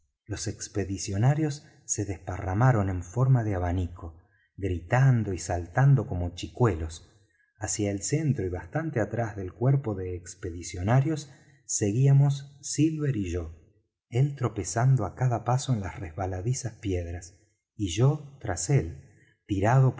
los expedicionarios se desparramaron en forma de abanico gritando y saltando como chicuelos hacia el centro y bastante atrás del cuerpo de expedicionarios seguíamos silver y yo él tropezando á cada paso en las resbaladizas piedras y yo tras él tirado